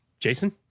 Jason